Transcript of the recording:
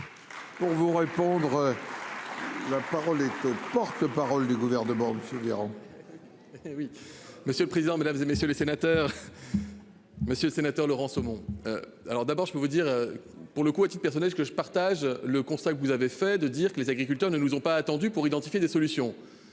Pour vous répondre. La parole est que le porte-parole du gouvernement de monsieur Véran. Oui, monsieur le président, Mesdames, et messieurs les sénateurs. Monsieur le sénateur Laurence au monde. Alors d'abord je peux vous dire, pour le coup, a-t-il personnelle que je partage le constat que vous avez fait de dire que les agriculteurs ne nous ont pas attendus pour identifier des solutions.